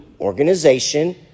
organization